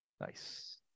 nice